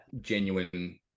genuine